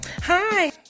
Hi